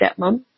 stepmom